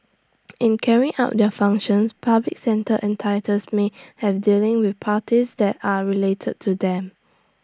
in carrying out their functions public sector entities may have dealings with parties that are related to them